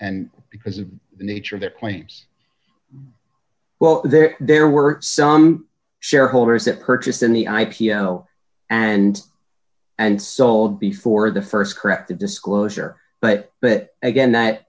and because of the nature of their claims well there there were some shareholders that purchased in the i p o and and sold before the st corrected disclosure but but again that